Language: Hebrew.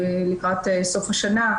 לקראת סוף השנה,